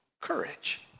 courage